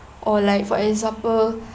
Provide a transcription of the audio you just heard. or like for example